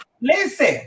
Listen